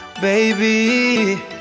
Baby